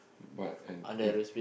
but I think